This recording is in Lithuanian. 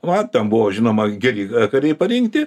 va ten buvo žinoma geri kariai parinkti